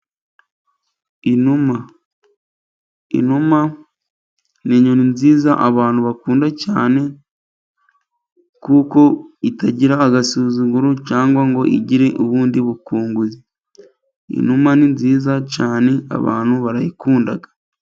Inuma. Inuma ni inyoni nziza abantu bakunda cyane, kuko itagira agasuzuguro cyangwa ngo igire ubundi bukunguzi. Inuma ni nziza cyane, abantu barayikunda.